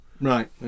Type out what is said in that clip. Right